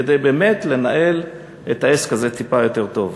כדי באמת לנהל את העסק הזה טיפה יותר טוב.